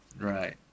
Right